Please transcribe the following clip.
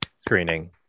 screening